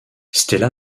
stella